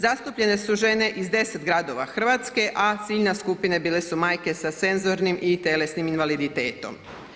Zastupljene su žene iz 10 gradova Hrvatske, a ciljne skupine bile su majke sa senzornim i tjelesnim invaliditetom.